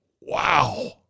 Wow